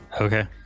Okay